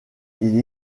ils